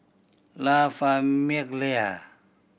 La Famiglia